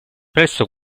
presso